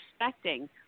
expecting